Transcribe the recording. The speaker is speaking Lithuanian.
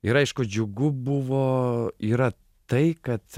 ir aišku džiugu buvo yra tai kad